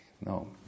No